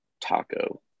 taco